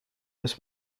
this